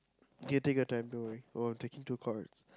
okay take your time don't worry oh thinking too hard